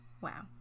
wow